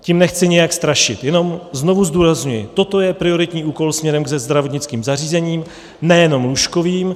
Tím nechci nijak strašit, jenom znovu zdůrazňuji, toto je prioritní úkol směrem ke zdravotnickým zařízením, nejenom lůžkovým.